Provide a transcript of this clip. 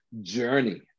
journey